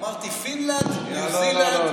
אמרתי פינלנד, ניו זילנד.